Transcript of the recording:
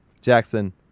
Jackson